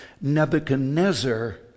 Nebuchadnezzar